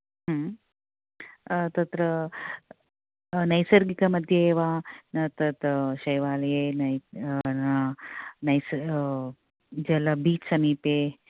तत्र मध्ये नैसर्गिकमध्ये एव तत् शैवालये नैस जल बीच् समीपे